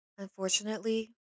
Unfortunately